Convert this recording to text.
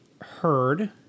heard